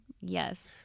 yes